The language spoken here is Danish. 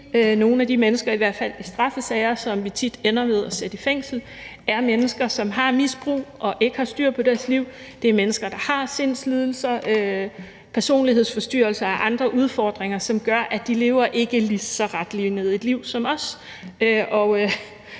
nogle af de mennesker, i hvert fald dem i straffesager, som vi tit ender med at sætte i fængsel, er mennesker, som har misbrug, og som ikke har styr på deres liv. Det er mennesker, der har sindslidelser, personlighedsforstyrrelser og andre udfordringer, som gør, at de ikke lever lige så retlinet et liv som os.